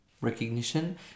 recognition